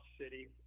city